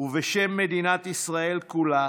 ובשם מדינת ישראל כולה